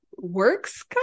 works